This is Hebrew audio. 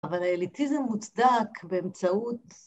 ‫אבל האליטיזם מוצדק באמצעות...